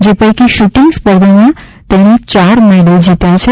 જે પૈકી શુટિંગ સ્પર્ધામાં તેમણે ચાર મેડલ જીત્યા છે